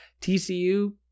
TCU